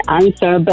answer